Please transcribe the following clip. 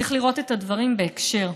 צריך לראות את הדברים בהקשר.